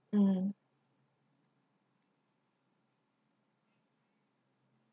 mm